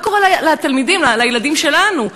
מה קורה לתלמידים, לילדים שלנו?